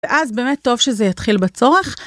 ואז באמת טוב שזה יתחיל בצורך.